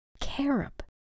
carob